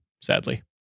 sadly